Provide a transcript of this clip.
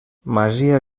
masia